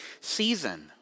season